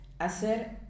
Hacer